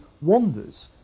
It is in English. wanders